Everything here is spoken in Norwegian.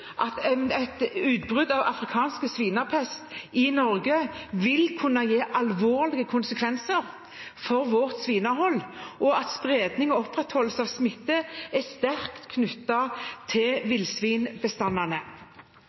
at et utbrudd av afrikansk svinepest i Norge vil kunne få alvorlige konsekvenser for vårt svinehold, og at spredning og opprettholdelse av smitte er sterkt knyttet til